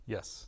Yes